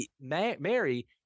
Mary